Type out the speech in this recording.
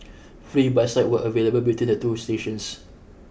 free bus rides were available between the two stations